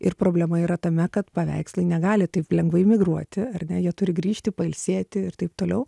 ir problema yra tame kad paveikslai negali taip lengvai migruoti ar ne jie turi grįžti pailsėti ir taip toliau